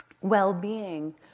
well-being